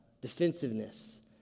defensiveness